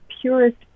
purest